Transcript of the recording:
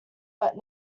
but